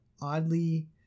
oddly